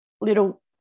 little